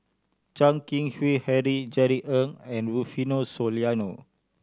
Chan Keng Howe Harry Jerry Ng and Rufino Soliano